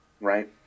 right